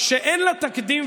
שאין לה תקדים,